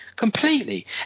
Completely